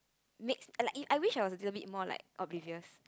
makes like I wish I was a little bit like more oblivious